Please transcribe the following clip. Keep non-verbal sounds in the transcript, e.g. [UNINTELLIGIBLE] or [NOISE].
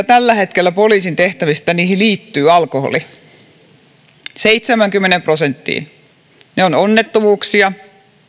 [UNINTELLIGIBLE] tällä hetkellä seitsemäänkymmeneen prosenttiin poliisin tehtävistä liittyy alkoholi seitsemäänkymmeneen prosenttiin ne ovat onnettomuuksia